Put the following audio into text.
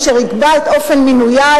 אשר יקבע את אופן מינויה,